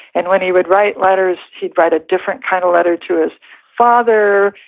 and when he would write letters, he'd write a different kind of letter to his father,